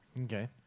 Okay